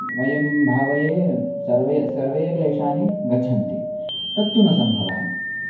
वयं भावयेम सर्वे सर्वे क्लेशानि गच्छन्ति तत्तु न सम्भवः